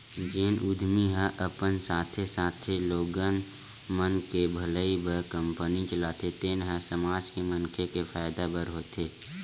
जेन उद्यमी ह अपन साथे साथे लोगन मन के भलई बर कंपनी चलाथे तेन ह समाज के मनखे के फायदा बर होथे